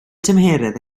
tymheredd